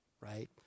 right